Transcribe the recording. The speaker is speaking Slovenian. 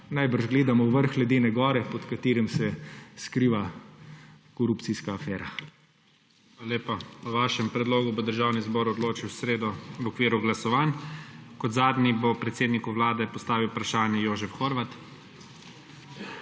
najbrž gledamo vrh ledene gore, pod katerim se skriva korupcijska afera.